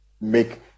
make